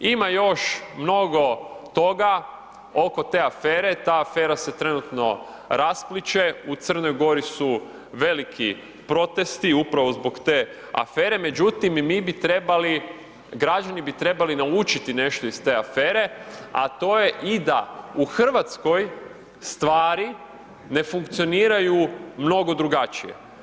Ima još mnogo toga oko te afere, ta afera se trenutno raspliće, u Crnoj Gori su veliki protesti upravo zbog te afere, međutim i mi bi trebali, građani bi trebali naučiti nešto iz te afere, a to je i da u Hrvatskoj stvari ne funkcioniraju mnogo drugačije.